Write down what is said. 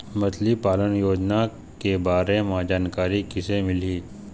मछली पालन योजना के बारे म जानकारी किसे मिलही?